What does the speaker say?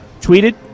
tweeted